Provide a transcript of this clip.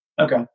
Okay